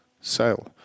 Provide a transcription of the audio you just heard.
sale